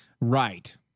Right